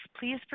Please